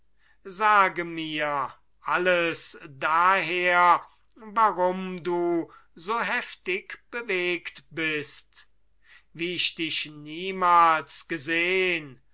sage mir alles daher warum du so heftig bewegt bist wie ich dich niemals gesehn